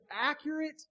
accurate